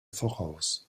voraus